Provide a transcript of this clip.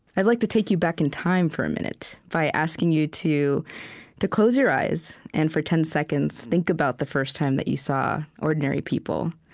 i'd like to take you back in time for a minute by asking you to to close your eyes and, for ten seconds, think about the first time that you saw ordinary people,